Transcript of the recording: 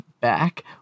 back